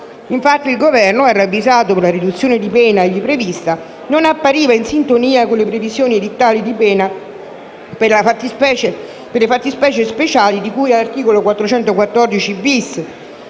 Infatti il Governo ha ravvisato che la riduzione di pena ivi prevista non appariva in sintonia con le previsioni edittali di pena per le fattispecie speciali di cui all'articolo 414-*bis*